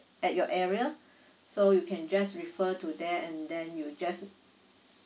at your area so you can just refer to there and then you just